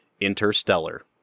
Interstellar